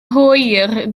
hwyr